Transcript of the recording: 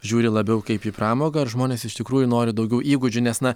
žiūri labiau kaip į pramogą ar žmonės iš tikrųjų nori daugiau įgūdžių nes na